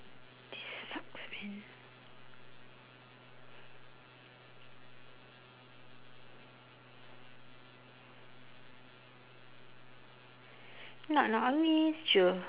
this sucks man nak nangis je